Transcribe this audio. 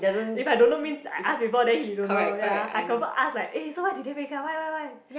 if I don't know means I ask before then he don't know ya I confirm ask like eh so why did they break up why why why